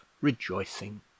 rejoicing